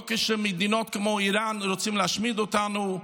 לא כשמדינות כמו איראן רוצות להשמיד אותנו,